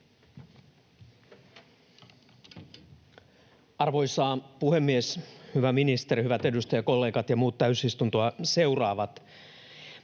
Arvoisa puhemies! Hyvä ministeri! Hyvät edustajakollegat ja muut täysistuntoa seuraavat!